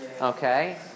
okay